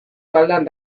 taldean